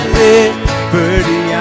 liberty